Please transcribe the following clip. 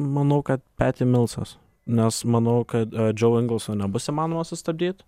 manau kad peti milsas nes manau kad džiau ingilso nebus įmanoma sustabdyt